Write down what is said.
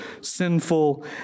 sinful